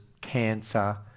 cancer